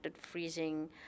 freezing